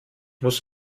muss